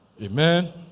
Amen